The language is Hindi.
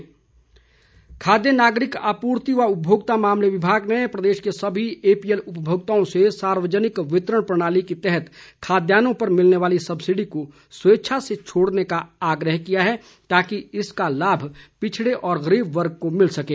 सब्सिडी खाद्य नागरिक आपूर्ति व उपमोक्ता मामले विभाग ने प्रदेश के समी एपीएल उपमोक्ताओं से सार्यजनिक वितरण प्रणाली के तहत खाद्यान्नों पर मिलने वाली सब्सिडी को स्वेच्छा से छोड़ने का आग्रह किया है ताकि इस का लाभ पिछड़े व गरीब वर्ग को मिल सकें